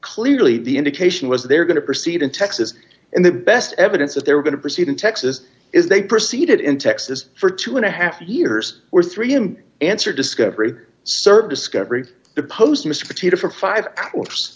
clearly the indication was they're going to proceed in texas and the best evidence that they were going to proceed in texas is they proceeded in texas for two and a half years or three him answer discovery served discovery the post mr tito for five